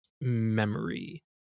memory